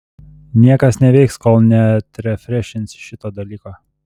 niekas neveiks kol neatrefrešinsi šito dalyko